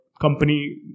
company